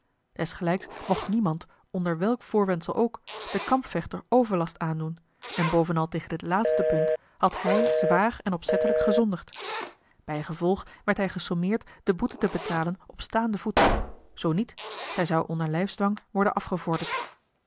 desgelijks mocht niemand onder welk voorwendsel ook den kampvechter overlast aandoen en bovenal tegen dit laatste punt had hij zwaar en opzettelijk gezondigd bijgevolg werd hij gesommeerd de boete te betalen op staanden voet zoo niet zij zou onder lijfsdwang worden afgevorderd